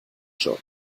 schon